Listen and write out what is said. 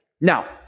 Now